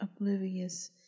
oblivious